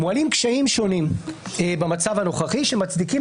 מועלים קשיים שונים במצב הנוכחי שמצדיקים,